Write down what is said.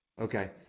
Okay